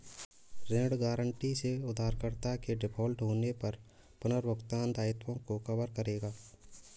ऋण गारंटी से उधारकर्ता के डिफ़ॉल्ट होने पर पुनर्भुगतान दायित्वों को कवर करेगा